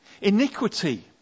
Iniquity